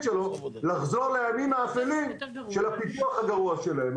שלו לחזור לימים האפלים של הפיתוח הגרוע שלהם.